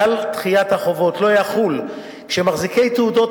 כלל דחיית החובות לא יחול כשמחזיקי תעודות